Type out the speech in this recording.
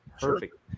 Perfect